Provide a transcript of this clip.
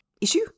issue